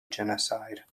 genocide